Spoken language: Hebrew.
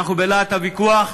אנחנו, בלהט הוויכוח,